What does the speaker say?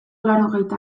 laurogeita